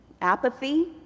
apathy